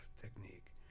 technique